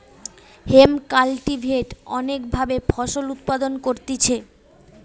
hemp cultivate অনেক ভাবে ফসল উৎপাদন করতিছে